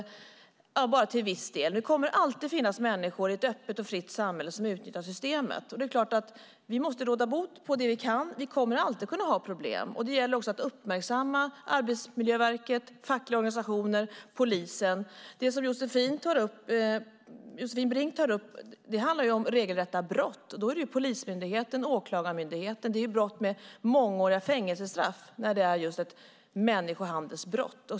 I ett öppet och fritt samhälle kommer det alltid att finnas människor som utnyttjar systemet. Det är klart att vi måste råd bot på det vi kan råda bot på. Men vi kommer alltid att ha problem. Det gäller också att uppmärksamma Arbetsmiljöverket, fackliga organisationer och polisen. Det Josefin Brink tar upp handlar om regelrätta brott. Då är det polismyndigheten och åklagarmyndigheten som ska agera. Det är brott med mångåriga fängelsestraff när det handlar om människohandel.